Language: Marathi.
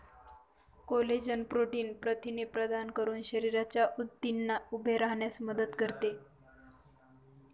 कोलेजन प्रोटीन प्रथिने प्रदान करून शरीराच्या ऊतींना उभे राहण्यास मदत करते